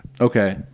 Okay